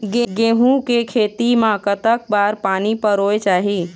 गेहूं के खेती मा कतक बार पानी परोए चाही?